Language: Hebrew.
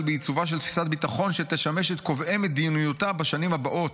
בעיצובה של תפיסת ביטחון שתשמש את קובעי מדיניותה בשנים הבאות.